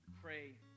pray